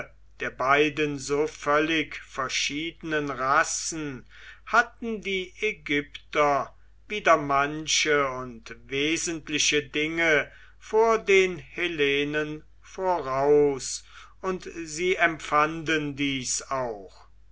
der beiden so völlig verschiedenen rassen hatten die ägypter wieder manche und wesentliche dinge vor den hellenen voraus und sie empfanden dies auch